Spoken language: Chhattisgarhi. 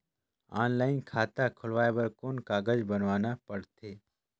ऑनलाइन खाता खुलवाय बर कौन कागज बनवाना पड़थे?